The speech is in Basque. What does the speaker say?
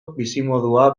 bizimodua